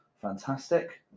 Fantastic